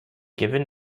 given